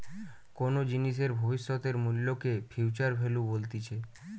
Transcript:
কোনো জিনিসের ভবিষ্যতের মূল্যকে ফিউচার ভ্যালু বলতিছে